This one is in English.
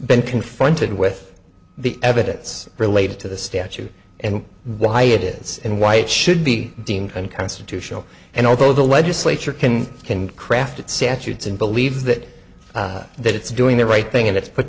been confronted with the evidence related to the statute and why it is and why it should be deemed unconstitutional and although the legislature can can craft it saturates and believes that that it's doing the right thing and